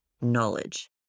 knowledge